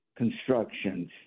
constructions